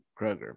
Kroger